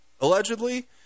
allegedly